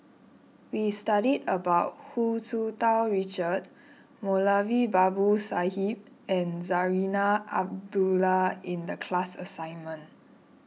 we studied about Hu Tsu Tau Richard Moulavi Babu Sahib and Zarinah Abdullah in the class assignment